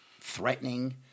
threatening